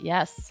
Yes